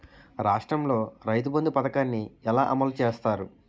రాష్ట్రంలో రైతుబంధు పథకాన్ని ఎలా అమలు చేస్తారు?